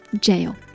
jail